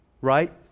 right